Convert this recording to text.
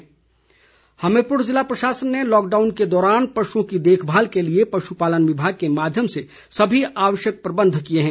DC Hamirpur Hamirpur जिला प्रशासन ने लॉकडाउन के दौरान पशुओं की देखभाल के लिए पशुपालन विभाग के माध्यम से सभी आवश्यक प्रबंध किए हैं